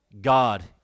God